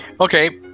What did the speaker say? Okay